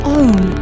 own